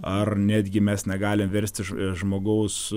ar netgi mes negalim versti žmogaus